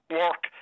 work